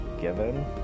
given